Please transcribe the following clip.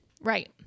right